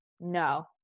no